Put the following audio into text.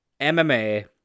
MMA